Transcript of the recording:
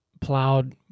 plowed